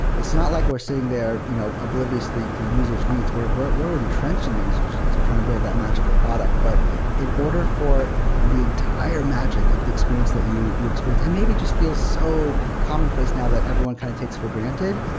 it's not like we're sitting there you know obliviously to users' needs. we're we're entrenched in the users' needs. we're trying to build that magical product but in order for the entire magic, of the experience that you you experience, and maybe just feel so commonplace now that everyone kind of takes for granted,